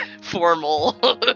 formal